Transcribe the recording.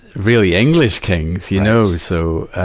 really, english kings, you know. so,